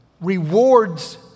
rewards